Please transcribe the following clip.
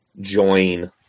join